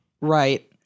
Right